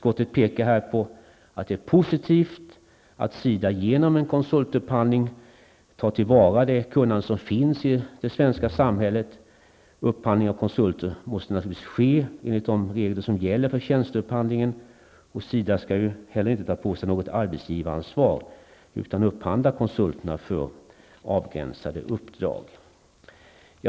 Det är positivt att SIDA genom en konsultupphandling tar till vara det kunnande som finns i det svenska samhället. Upphandling av konsulter måste naturligtvis ske enligt de regler som gäller för tjänsteupphandling. SIDA skall inte heller ta på sig något arbetsgivaransvar, utan upphandla konsulter för avgränsade uppdrag.